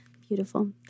Beautiful